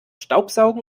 staubsaugen